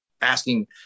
asking